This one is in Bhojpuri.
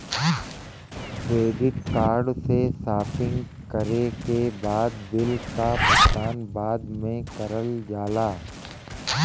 क्रेडिट कार्ड से शॉपिंग करे के बाद बिल क भुगतान बाद में करल जाला